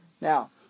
Now